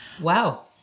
Wow